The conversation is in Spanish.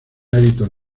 hábitos